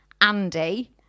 Andy